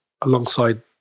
alongside